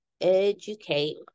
educate